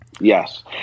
Yes